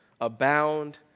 Abound